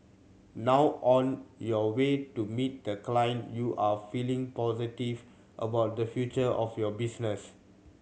now on your way to meet the client you are feeling positive about the future of your business